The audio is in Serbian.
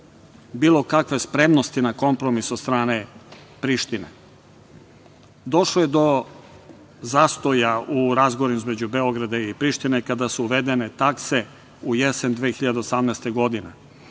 bilo kakve spremnosti na kompromis od strane Prištine. Došlo je do zastoja u razgovorima između Beograda i Prištine kada su uvedene takse u jesen 2018. godine.